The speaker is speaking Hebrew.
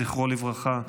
זכרו לברכה,